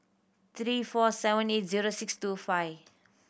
three four seventy zero six two five